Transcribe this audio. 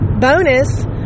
bonus